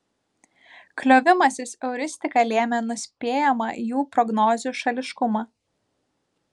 kliovimasis euristika lėmė nuspėjamą jų prognozių šališkumą